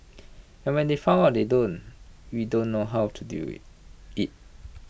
and when we found out they don't we don't know how to deal with IT